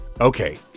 Okay